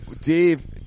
Dave